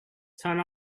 turn